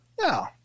No